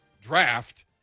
draft